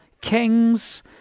kings